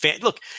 Look